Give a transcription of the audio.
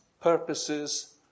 purposes